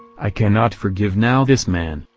i cannot forgive now this man,